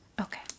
Okay